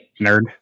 Nerd